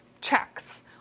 checks